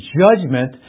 judgment